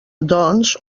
doncs